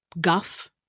guff